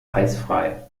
eisfrei